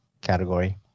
category